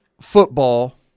football